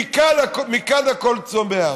מכאן הכול צומח.